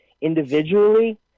individually